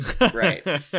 Right